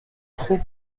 خوب